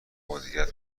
مدیریت